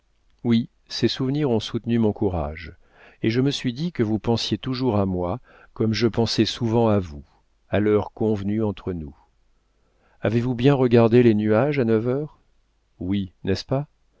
oui ces souvenirs ont soutenu mon courage et je me suis dit que vous pensiez toujours à moi comme je pensais souvent à vous à l'heure convenue entre nous avez-vous bien regardé les nuages à neuf heures oui n'est-ce pas